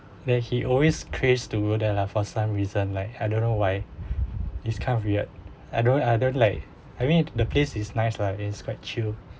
then he always craze to the lah for some reason like I don't know why it's kind of weird I don't like I mean the place is nice lah it's quite chill